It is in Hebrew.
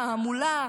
המולה,